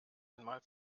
einmal